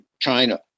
China